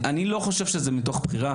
אני לא חושב שזה מתוך בחירה.